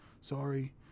Sorry